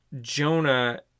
Jonah